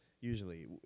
usually